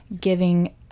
giving